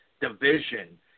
division